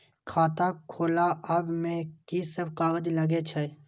खाता खोलाअब में की सब कागज लगे छै?